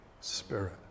Spirit